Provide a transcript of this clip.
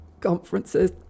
conferences